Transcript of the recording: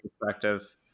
perspective